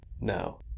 No